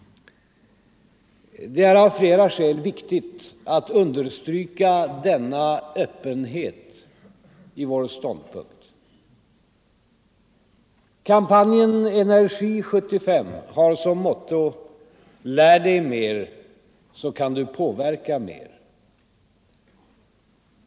Det är av flera skäl viktigt att understryka denna öppenhet i vår ståndpunkt. Kampanjen Energi 75 har som motto: ”Lär Dig mer så kan Du påverka mer”.